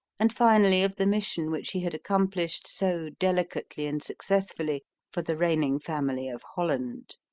and finally of the mission which he had accomplished so delicately and successfully for the reigning family of holland.